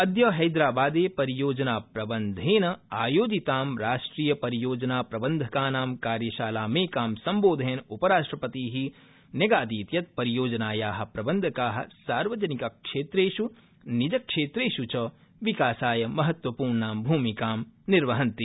अद्य हैदराबादे परियोजनाप्रबन्धेन आयोजिता राष्ट्रियपरियोजना प्रबन्धकाना कार्यशालांमेकां सम्बोधयन्उपराष्ट्रपति न्यगादीत् यत् परियोजनाया प्रबन्धका सार्वजनिकक्षेत्रेषु निज क्षेत्रेषु च विकासाय महत्वपूर्णां भमिकां निर्वहन्ति